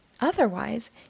Otherwise